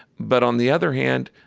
but on the other hand,